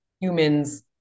humans